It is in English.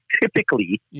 typically